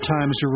Times